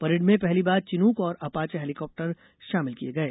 parade में पहली बार चिन्क और अपाचे हेलीकाप्टर शामिल किये गये